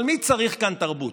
אבל מי צריך כאן תרבות?